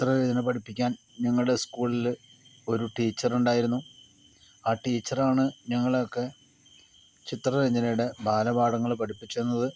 ചിത്രരചന പഠിപ്പിക്കാൻ ഞങ്ങളുടെ സ്കൂളിൽ ഒരു ടീച്ചറുണ്ടായിരുന്നു ആ ടീച്ചറാണ് ഞങ്ങളെ ഒക്കെ ചിത്രരചനയുടെ ബാലപാഠങ്ങൾ പഠിപ്പിച്ച് തന്നത്